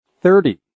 Thirty